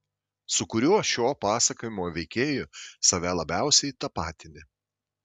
su kuriuo šio pasakojimo veikėju save labiausiai tapatini